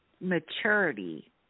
maturity